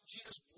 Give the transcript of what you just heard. Jesus